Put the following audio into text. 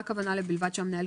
התייחסנו לזה בניסוח,